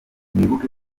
mwibuke